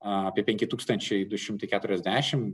apie penki tūkstančiai du šimtai keturiasdešimt